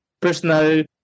personal